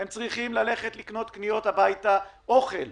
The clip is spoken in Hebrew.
הם צריכים לקנות אוכל הביתה,